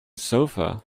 sofa